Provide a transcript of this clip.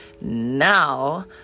Now